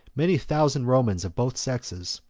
many thousand romans of both sexes,